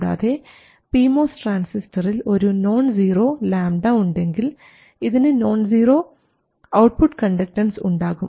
കൂടാതെ P MOS ട്രാൻസിസ്റ്ററിൽ ഒരു നോൺ സീറോ ലാംഡ ഉണ്ടെങ്കിൽ ഇതിന് നോൺ സീറോ ഔട്ട്പുട്ട് കണ്ടക്ടൻസ് ഉണ്ടാകും